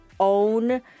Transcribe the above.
own